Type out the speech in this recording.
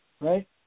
right